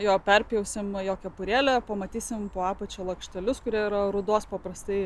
jo perpjausim jo kepurėlę pamatysim po apačia lakštelius kurie yra ruduos paprastai